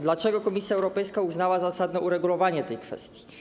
Dlaczego Komisja Europejska uznała za zasadne uregulowanie tej kwestii?